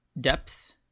Depth